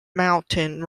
mountain